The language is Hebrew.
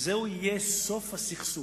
שזה יהיה סוף הסכסוך.